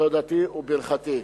תודתי וברכתי.